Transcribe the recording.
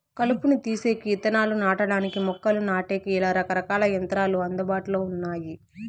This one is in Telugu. కలుపును తీసేకి, ఇత్తనాలు నాటడానికి, మొక్కలు నాటేకి, ఇలా రకరకాల యంత్రాలు అందుబాటులో ఉన్నాయి